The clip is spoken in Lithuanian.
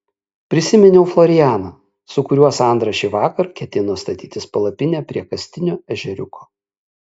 prisiminiau florianą su kuriuo sandra šįvakar ketino statytis palapinę prie kastinio ežeriuko